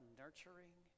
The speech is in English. nurturing